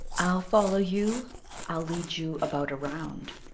i'll follow you i'll lead you about a round,